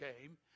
came